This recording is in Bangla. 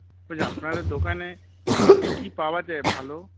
বলছি আপনাদের দোকানে কি কি পাওয়া যায় ভালো